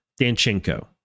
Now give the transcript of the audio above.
Danchenko